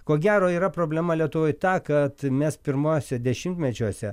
ko gero yra problema lietuvoj ta kad mes pirmuose dešimtmečiuose